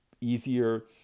easier